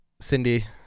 Cindy